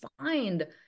find